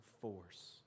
force